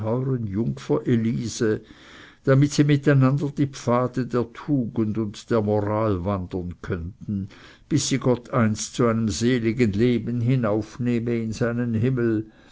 jungfer elise damit sie miteinander die pfade der tugend und der moral wandern könnten bis sie gott einst zu einem seligen leben hinaufnehme in seinen himmel